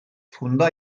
fundà